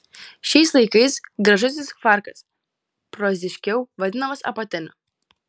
šiais laikais gražusis kvarkas proziškiau vadinamas apatiniu